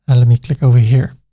ah let me click over here